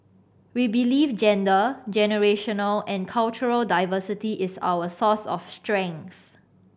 we believe gender generational and cultural diversity is our source of strength